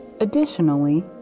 Additionally